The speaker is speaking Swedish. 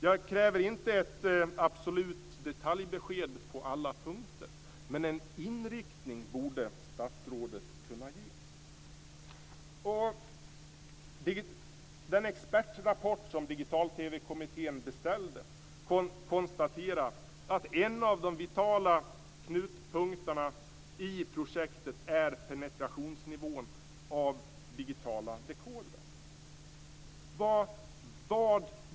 Jag kräver inte ett absolut detaljbesked på alla punkter, men en inriktning borde statsrådet kunna ge. I den expertrapport som Digital-TV-kommittén beställde konstateras att en av de vitala knutpunkterna i projektet är penetrationsnivån för digitala dekodrar.